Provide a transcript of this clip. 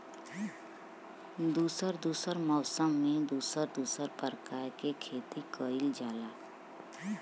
दुसर दुसर मौसम में दुसर दुसर परकार के खेती कइल जाला